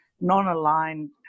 non-aligned